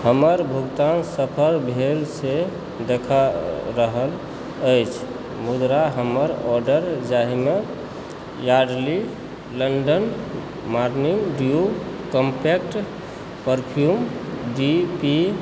हमर भुगतान सफल भेल से देखा रहल अछि मुदा हमर ऑर्डर जाहिमे Yardley London morning deo compact perfume D पी